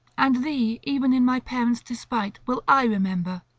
and thee even in my parents' despite, will i remember.